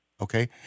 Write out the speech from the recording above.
Okay